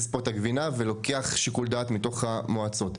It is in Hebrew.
פה את הגבינה ולוקח שיקול דעת מתוך המועצות.